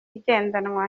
igendanwa